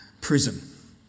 prison